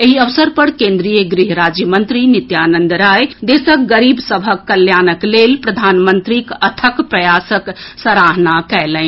एहि अवसर पर कोन्द्रीय गृह राज्य मंत्री नित्यानंद राय देशक गरीब सभक कल्याणक लेल प्रधानमंत्रीक अथक प्रयासक सराहना कयलनि